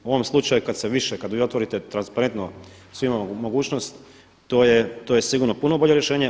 U ovom slučaju kad se više, kad vi otvorite transparentno svima mogućnost to je sigurno puno bolje rješenje.